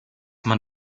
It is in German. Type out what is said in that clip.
man